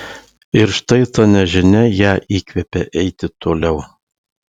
ir štai ta nežinia ją įkvepia eiti toliau